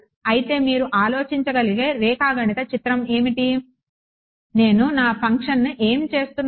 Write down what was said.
అయితే మీరు ఆలోచించగలిగే రేఖాగణిత చిత్రం ఏమిటి నేను నా ఫంక్షను ఏమి చేస్తున్నాను